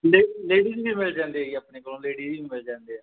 ਲੇ ਲੇਡੀਜ ਵੀ ਮਿਲ ਜਾਂਦੇ ਜੀ ਆਪਣੇ ਕੋਲ ਲੇਡੀ ਵੀ ਮਿਲ ਜਾਂਦੇ ਆ